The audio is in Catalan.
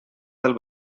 del